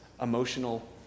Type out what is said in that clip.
emotional